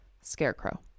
scarecrow